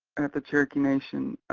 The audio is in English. at the cherokee nation.